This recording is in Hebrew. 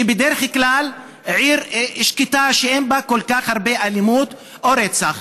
שהיא בדרך כלל עיר שקטה שאין בה כל כך הרבה אלימות או רצח,